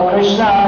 Krishna